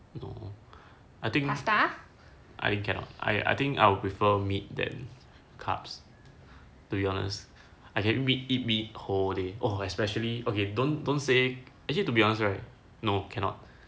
no I think I cannot I I think I would prefer meat than carbs to be honest I can only eat meat whole day oh especially okay don't don't say actually to be honest right no cannot